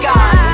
God